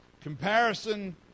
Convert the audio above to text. comparison